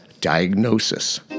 diagnosis